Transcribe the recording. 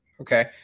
okay